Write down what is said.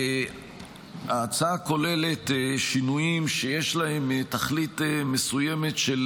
ההצעה כוללת שינויים שיש להם תכלית מסוימת של